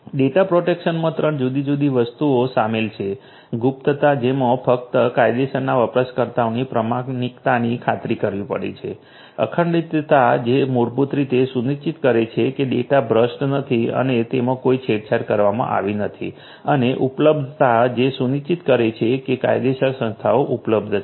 data પ્રોટેક્શનમાં ત્રણ જુદી જુદી વસ્તુઓ શામેલ છે - ગુપ્તતા જેમાં ફક્ત કાયદેસરના વપરાશકર્તાની પ્રામાણિકતાની ખાતરી કરવી પડે છે અખંડિતતા જે મૂળભૂત રીતે સુનિશ્ચિત કરે છે કે ડેટા ભ્રષ્ટ નથી અને તેમાં કોઈ છેડછાડ કરવામાં આવી નથી અને ઉપલબ્ધતા જે સુનિશ્ચિત કરે છે કે કાયદેસર સંસ્થાઓ ઉપલબ્ધ છે